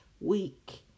week